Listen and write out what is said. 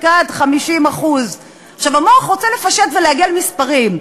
עד 50%. המוח רוצה לפשט ולעגל מספרים,